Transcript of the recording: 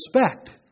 respect